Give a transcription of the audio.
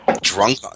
drunk